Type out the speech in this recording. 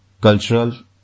cultural